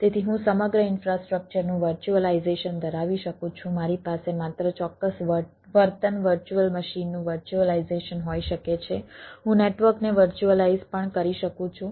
તેથી હું સમગ્ર ઈન્ફ્રાસ્ટ્રક્ચરનું વર્ચ્યુઅલાઈઝેશન ધરાવી શકું છું મારી પાસે માત્ર ચોક્કસ વર્તન વર્ચ્યુઅલ મશીનનું વર્ચ્યુઅલાઈઝેશન હોઈ શકે છે હું નેટવર્કને વર્ચ્યુઅલાઈઝ પણ કરી શકું છું